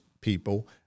people